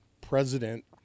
president